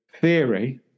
theory